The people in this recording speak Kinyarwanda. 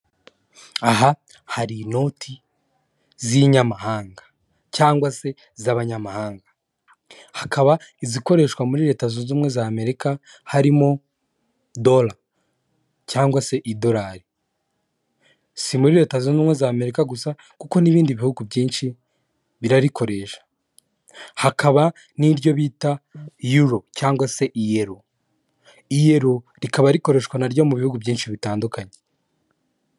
Aha hari inoti z'inyamahanga cyangwa se z'abanyamahanga, hakaba izikoreshwa muri Leta zunze Ubumwe za Amerika, harimo dora cyangwa se idolari. Si muri Leta zunze Ubumwe za Amerika gusa kuko n'ibindi bihugu byinshi birarikoresha, hakaba n'iryo bita ero cyangwa se iyero, iyero rikaba rikoreshwa naryo mu bihugu byinshi bitandukanye.